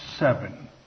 Seven